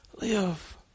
Live